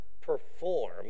perform